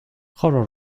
horror